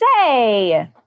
say